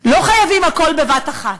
לא חייבים הכול בבת אחת.